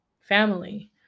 family